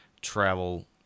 travel